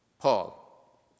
Paul